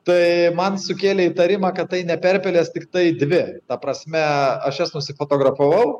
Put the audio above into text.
tai man sukėlė įtarimą kad tai ne perpelės tiktai dvi ta prasme aš jas nusifotografavau